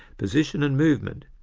position and movement,